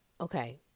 okay